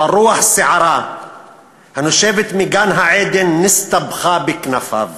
אבל רוח סערה הנושבת מגן-עדן נסתבכה בכנפיו,